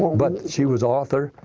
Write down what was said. but she was author,